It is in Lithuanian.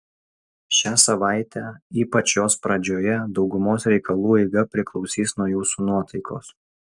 šią savaitę ypač jos pradžioje daugumos reikalų eiga priklausys nuo jūsų nuotaikos